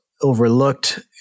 Overlooked